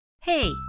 Hey